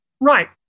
Right